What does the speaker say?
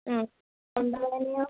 തൊണ്ടവേദനയോ